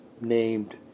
named